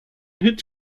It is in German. hits